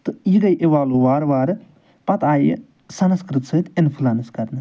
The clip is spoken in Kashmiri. تہٕ یہِ گٔے اِوالوٗ وارٕ وارٕ پتہٕ آیہِ یہِ سَنَسکرت سۭتۍ اِنٛفُلَنٕس کرنٕہ